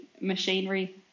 machinery